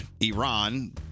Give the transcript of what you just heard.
Iran